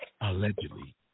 allegedly